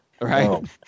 right